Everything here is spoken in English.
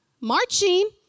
marching